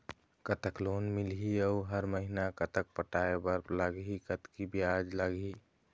कतक लोन मिलही अऊ हर महीना कतक पटाए बर लगही, कतकी ब्याज लगही?